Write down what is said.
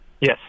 Yes